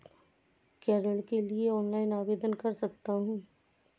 क्या मैं ऋण के लिए ऑनलाइन आवेदन कर सकता हूँ?